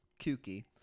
kooky